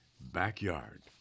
backyard